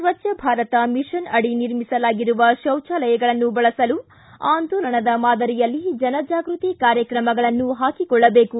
ಸ್ವಚ್ಛ ಭಾರತ ಮಿಷನ್ ಅಡಿ ನಿರ್ಮಿಸಲಾಗಿರುವ ಶೌಚಾಲಯಗಳನ್ನು ಬಳಸಲು ಆಂದೋಲನದ ಮಾದರಿಯಲ್ಲಿ ಜನಜಾಗೃತಿ ಕಾರ್ಯಕ್ರಮಗಳನ್ನು ಪಾಕಿಕೊಳ್ಳಬೇಕು